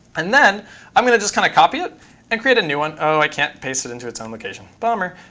and then i'm going to just kind of copy it and create a new one. oh, i can't paste it into it's own location. bummer.